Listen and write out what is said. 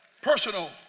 Personal